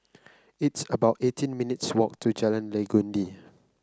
it's about eighteen minutes' walk to Jalan Legundi